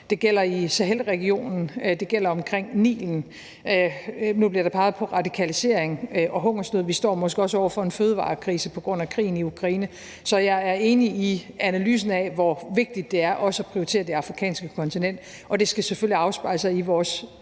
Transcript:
Det gælder i Sahelregionen, og det gælder omkring Nilen. Nu bliver der peget på radikalisering og hungersnød; vi står måske også over for en fødevarekrise på grund af krigen i Ukraine. Så jeg er enig i analysen af, hvor vigtigt det er også at prioritere det afrikanske kontinent. Og det skal selvfølgelig afspejle sig i vores